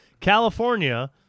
California